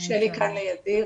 שלי כאן לידי.